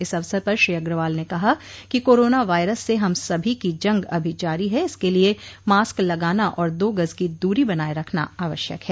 इस अवसर पर श्री अग्रवाल ने कहा कि कोरोना वायरस से हम सभी की जंग अभी जारी है इसके लिये मास्क लगाना और दो गज की दूरी बनाये रखना आवश्यक है